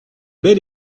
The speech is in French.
bel